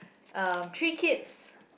um three kids